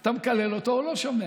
אתה מקלל אותו, הוא לא שומע.